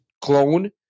clone